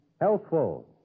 Healthful